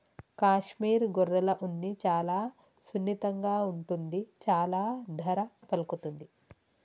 కాశ్మీర్ గొర్రెల ఉన్ని చాలా సున్నితంగా ఉంటుంది చాలా ధర పలుకుతుంది